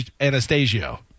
Anastasio